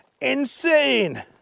insane